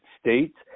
States